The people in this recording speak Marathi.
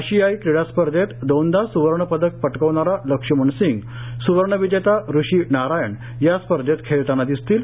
आशियाई क्रीडास्पर्धेत दोनदा स्वर्णपदक पटकावणारा लक्ष्मण सिंग स्वर्ण विजेता ऋषी नारायण या स्पर्धेत खेळताना दिसतील